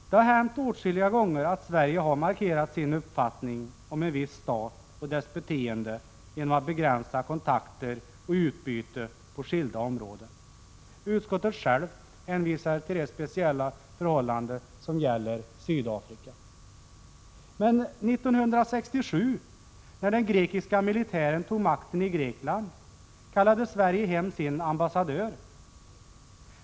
Det har hänt åtskilliga gånger att Sverige har markerat sin uppfattning om en viss stat och dess beteende genom att begränsa de kontakter och det utbyte som man har på skilda områden. Utskottet självt hänvisar till de speciella förhållanden som gäller Sydafrika. Men år 1967, då den grekiska militären tog makten i Grekland, kallade Sverige hem sin ambassadör.